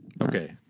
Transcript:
Okay